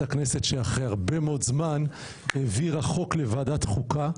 הכנסת שאחרי הרבה מאוד זמן העבירה חוק לוועדת החוקה.